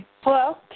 hello